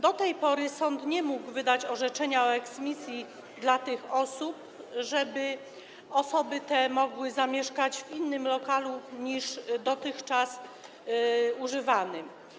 Do tej pory sąd nie mógł wydać orzeczenia o eksmisji dla tych osób, żeby osoby te mogły zamieszkać w innym lokalu niż dotychczas używany.